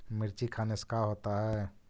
मिर्ची खाने से का होता है?